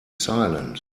silent